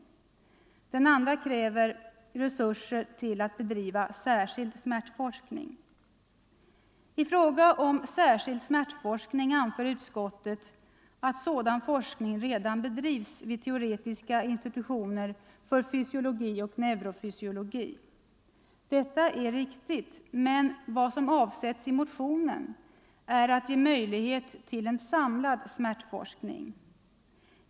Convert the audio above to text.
I den andra krävs resurser för att bedriva särskild smärtforskning. I fråga om särskild smärtforskning anför utskottet att sådan forskning redan bedrivs vid teoretiska institutioner för fysiologi och neurofysiologi. Detta är riktigt, men vad som avsetts i motionen är att ge möjligheter till en samlad smärtforskning.